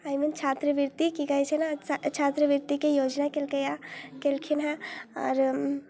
मतलब छात्रवृति की कहैत छै ने छात्रवृत्तिके योजना केलकैए कयलखिन हेँ आओर